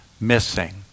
missing